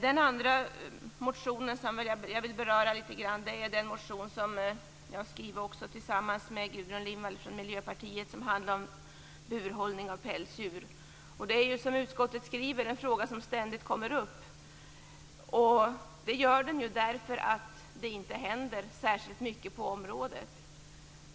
Den andra motionen som jag vill beröra litet grand är den motion som jag har skrivit tillsammans med Gudrun Lindvall från Miljöpartiet. Den handlar om burhållning av pälsdjur. Det är som utskottet skriver en fråga som ständigt kommer upp. Det gör den därför att det inte händer särskilt mycket på området.